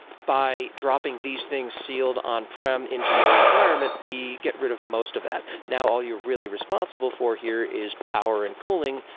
by dropping these things sealed on-prem into your environment, we get rid of most of that. now all you're really responsible for here is power and cooling,